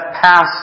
passed